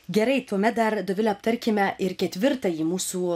gerai tuomet dar dovile aptarkime ir ketvirtąjį mūsų